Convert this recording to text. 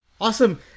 Awesome